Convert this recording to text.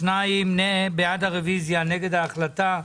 שניים בעד הרביזיה, נגד ההחלטה.